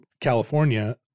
California